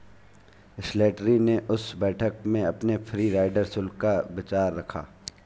Slattery ने उस बैठक में अपने फ्री राइडर शुल्क का विचार रखा